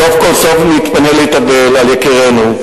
סוף כל סוף נתפנה להתאבל על יקירינו,